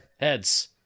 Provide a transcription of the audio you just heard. Heads